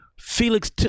Felix